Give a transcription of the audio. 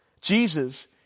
Jesus